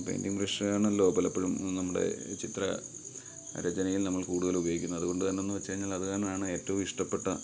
painting ബ്രഷാണല്ലോ പലപ്പഴും നമ്മുടെ ചിത്ര രചനയെ നമ്മൾ കൂടുതലുപയോഗിക്കുന്നത് അതുകൊണ്ട് തന്നെന്ന് വച്ച് കഴിഞ്ഞാൽ അത് തന്നാണ് ഏറ്റവും ഇഷ്ടപ്പെട്ട